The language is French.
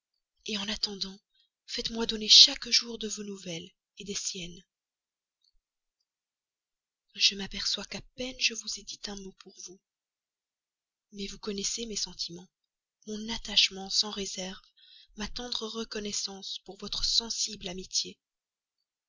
pourrez en attendant faites-moi donner chaque jour de vos nouvelles des siennes je m'aperçois qu'à peine je vous ai dit un mot pour vous mais vous connaissez mes sentiments mon attachement sans réserve ma tendre reconnaissance pour votre sensible amitié